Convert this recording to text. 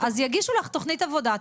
אז יגישו לך תוכנית עבודה,